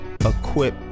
equip